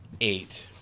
eight